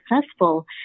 successful